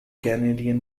canadian